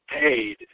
paid